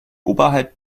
oberhalb